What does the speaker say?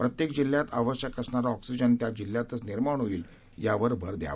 प्रत्येक जिल्ह्यात आवश्यक असणारा ऑक्सिजन त्या जिल्ह्यातच निर्माण होईल यावर भर दयावा